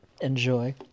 enjoy